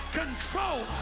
control